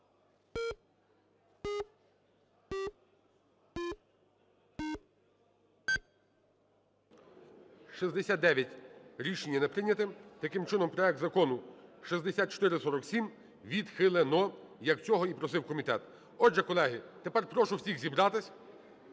За-69 Рішення не прийнято. Таким чином, проект закону 6447 відхилено, як цього і просив комітет. Отже, колеги, тепер прошу всіх зібратися.